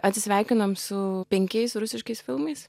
atsisveikinom su penkiais rusiškais filmais